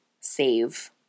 save